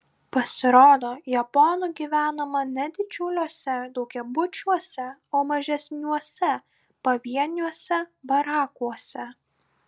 pasirodo japonų gyvenama ne didžiuliuose daugiabučiuose o mažesniuose pavieniuose barakuose